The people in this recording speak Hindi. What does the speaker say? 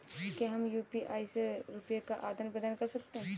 क्या हम यू.पी.आई से रुपये का आदान प्रदान कर सकते हैं?